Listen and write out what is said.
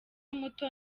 muto